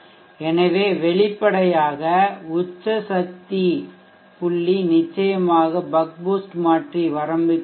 எனவே வெளிப்படையாக உச்ச சக்தி புள்ளி நிச்சயமாக பக் பூஸ்ட் மாற்றி வரம்பிற்குள் வரும்